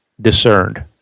discerned